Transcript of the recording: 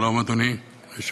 שלום, אדוני היושב-ראש,